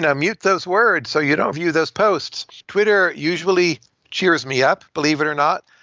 ah mute those words so you don't view those posts. twitter usually cheers me up, believe it or not.